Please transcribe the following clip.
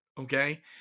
okay